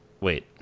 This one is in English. Wait